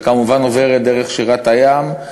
וכמובן עוברת דרך שירת הים,